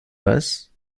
was